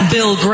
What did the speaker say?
Bill